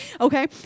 okay